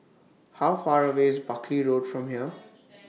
How Far away IS Buckley Road from here